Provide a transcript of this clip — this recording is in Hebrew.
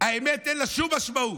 האמת, אין לה שום משמעות.